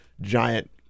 giant